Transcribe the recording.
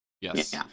Yes